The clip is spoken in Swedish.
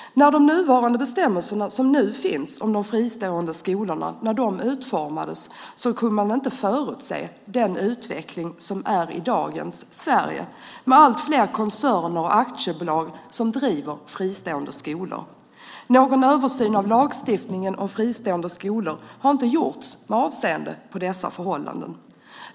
När de bestämmelser som nu finns om fristående skolor utformades kunde man inte förutse den utveckling som äger rum i dagens Sverige med allt fler koncerner och aktiebolag som driver fristående skolor. Någon översyn av lagstiftningen om fristående skolor har inte gjorts med avseende på dessa förhållanden.